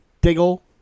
Diggle